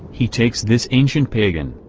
he takes this ancient pagan,